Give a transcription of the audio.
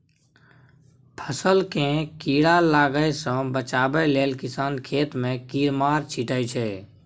फसल केँ कीड़ा लागय सँ बचाबय लेल किसान खेत मे कीरामार छीटय छै